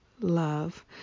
love